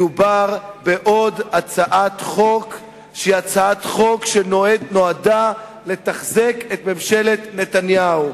מדובר בעוד הצעת חוק שנועדה לתחזק את ממשלת נתניהו,